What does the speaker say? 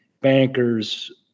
bankers